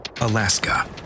Alaska